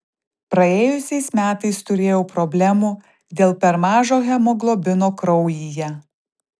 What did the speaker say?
praėjusiais metais turėjau problemų dėl per mažo hemoglobino kraujyje